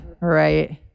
Right